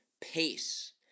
pace